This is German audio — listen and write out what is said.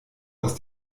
aus